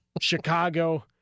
Chicago